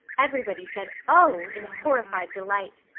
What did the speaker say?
everybody said oh in horrified delight.